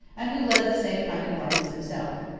and who led the same kind of life as himself.